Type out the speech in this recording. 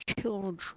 children